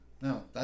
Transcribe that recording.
no